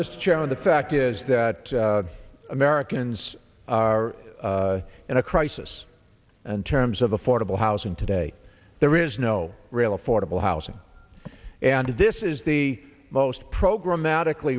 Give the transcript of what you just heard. this chair on the fact is that americans are in a crisis and terms of affordable housing today there is no real affordable housing and this is the most programatic